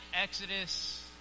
Exodus